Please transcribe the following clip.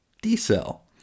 D-Cell